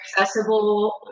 accessible